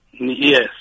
Yes